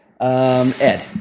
Ed